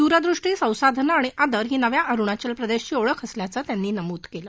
दूरवृष्टी संसाधनं आणि आदर ही नव्या अरुणाचल प्रदेशची ओळख असल्याचं त्यांनी नमूद केलं